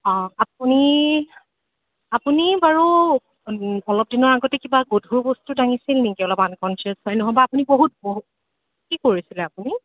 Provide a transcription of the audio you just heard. অঁ আপুনি আপুনি বাৰু অলপ দিনৰ আগতে কিবা গধুৰ বস্তু দাঙিছিল নেকি অলপ আন কনচিয়াছ হৈ নহ'বা আপুনি বহুত বহু কি কৰিছিলে আপুনি